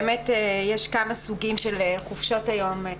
יש כמה סוגים של חופשות היום.